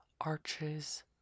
arches